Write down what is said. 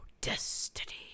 destiny